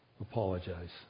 apologize